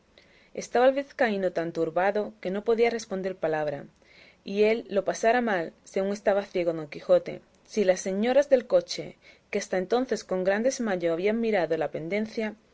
estaba el vizcaíno tan turbado que no podía responder palabra y él lo pasara mal según estaba ciego don quijote si las señoras del coche que hasta entonces con gran desmayo habían mirado la pendencia